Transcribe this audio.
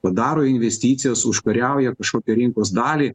padaro investicijas užkariauja kažkokią rinkos dalį